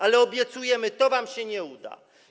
Ale obiecujemy: To wam się nie uda.